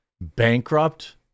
bankrupt